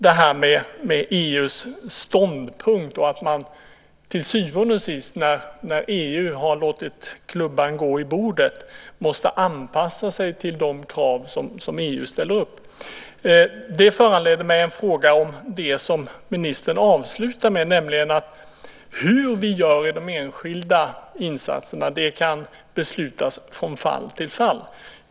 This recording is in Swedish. Detta med EU:s ståndpunkt och att man till syvende och sist, när EU har låtit klubban gå i bordet, måste anpassa sig till de krav som EU ställer upp föranleder mig att kommentera det som ministern avslutade med, nämligen att hur vi gör i de enskilda insatserna kan beslutas från fall till fall.